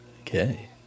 Okay